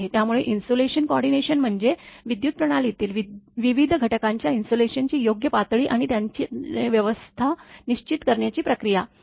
त्यामुळे insulation coordination म्हणजे विद्युत प्रणालीतील विविध घटकांच्या इन्सुलेशनची योग्य पातळी आणि त्यांची व्यवस्था निश्चित करण्याची प्रक्रिया